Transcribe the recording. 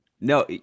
No